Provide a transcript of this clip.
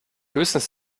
höchstens